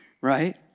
Right